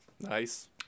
nice